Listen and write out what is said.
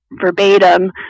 verbatim